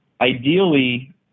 Ideally